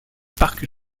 parc